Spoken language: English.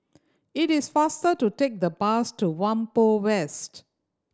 it is faster to take the bus to Whampoa West